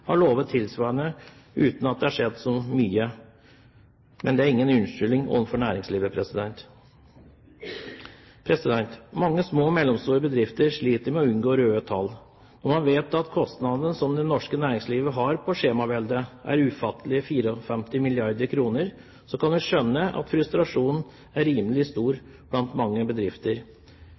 har lovet tilsvarende uten at det har skjedd så mye. Men det er ingen unnskyldning overfor næringslivet. Mange små og mellomstore bedrifter sliter med å unngå røde tall. Når man vet at kostnadene som det norske næringslivet har på skjemaveldet, er ufattelige 54 mrd. kr, kan vi skjønne at frustrasjonen er rimelig stor blant mange bedrifter.